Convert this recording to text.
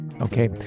Okay